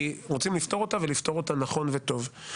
רוצים לפתור את אותה בעיה ולפתור אותה נכון וטוב.